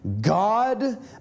God